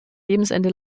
lebensende